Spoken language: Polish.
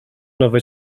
nowe